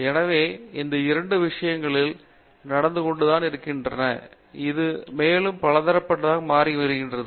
எனவே இந்த 2 விஷயங்கள் நடந்துகொண்டுதான் இருக்கின்றன இது மேலும் பலதரப்பட்டதாக மாறி வருகின்றது